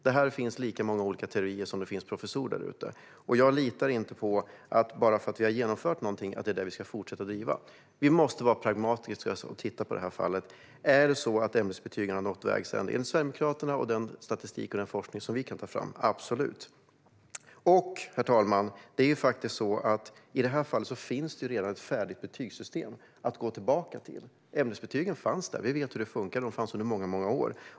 Det finns lika många olika teorier som det finns professorer där ute. Jag litar inte på att vi ska fortsätta driva något bara för att vi har genomfört det. Vi måste vara pragmatiska och titta på detta. Har kursbetygen nått vägs ände? Enligt Sverigedemokraterna och den statistik och forskning som vi har tagit fram är det absolut så. Herr talman! I det här fallet finns det redan ett färdigt betygssystem att gå tillbaka till. Ämnesbetygen fanns där. Vi vet hur det funkade. De fanns under många år.